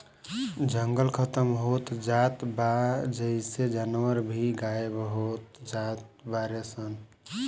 जंगल खतम होत जात बा जेइसे जानवर भी गायब होत जात बाडे सन